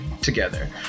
together